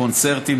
קונצרטים,